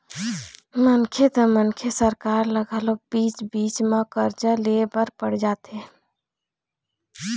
मनखे त मनखे सरकार ल घलोक बीच बीच म करजा ले बर पड़ जाथे